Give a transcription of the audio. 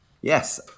yes